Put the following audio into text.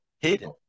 hidden